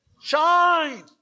shine